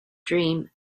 dream